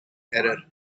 error